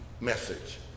message